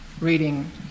reading